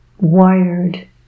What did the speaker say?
wired